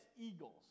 Eagles